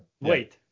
wait